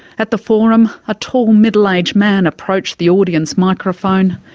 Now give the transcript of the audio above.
at the forum, a tall middle-aged man approached the audience microphone,